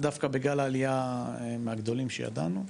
ודווקא בכלל העלייה מהגדולים שידענו,